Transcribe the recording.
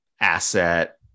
asset